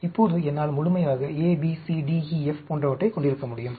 இப்போது என்னால் முழுமையாக A B C D E F போன்றவற்றைக் கொண்டிருக்க முடியும்